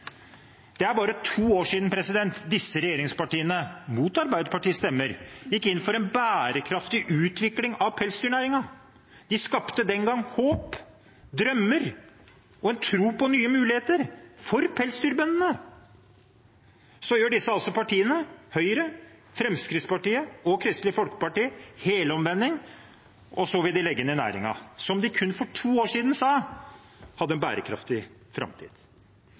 Det er bare to år siden disse regjeringspartiene – mot Arbeiderpartiets stemmer – gikk inn for en bærekraftig utvikling av pelsdyrnæringen. De skapte den gangen håp, drømmer og en tro på nye muligheter for pelsdyrbøndene. Så gjør disse partiene, Høyre, Fremskrittspartiet og Kristelig Folkeparti, helomvending og vil legge ned den næringen som de for kun to år siden sa hadde en bærekraftig framtid.